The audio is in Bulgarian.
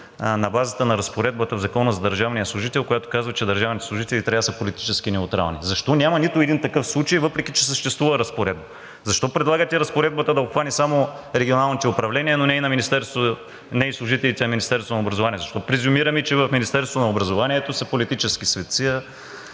на базата на разпоредбата в Закона за държавния служител, която казва, че държавните служители трябва да са политически неутрални. Защо няма нито един такъв случай, въпреки че съществува разпоредба? Защо предлагате разпоредбата да обхване само регионалните управления, но не и служителите на Министерството на образованието? Защо презумираме, че в Министерството на образованието са политически светци,